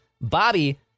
Bobby